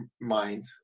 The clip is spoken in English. mind